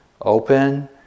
open